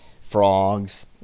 frogs